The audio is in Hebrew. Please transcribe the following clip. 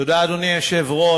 תודה, אדוני היושב-ראש.